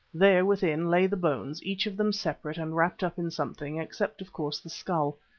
there within lay the bones, each of them separate and wrapped up in something, except of course the skull.